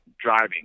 driving